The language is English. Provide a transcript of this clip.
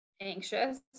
anxious